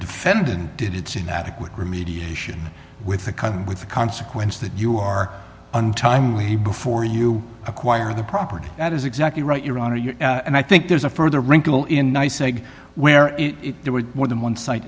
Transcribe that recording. defendant did its inadequate remediation with a cut with the consequence that you are untimely before you acquire the property that is exactly right your honor and i think there's a further wrinkle in nice aig where there were more than one site